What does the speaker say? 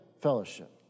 fellowship